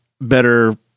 better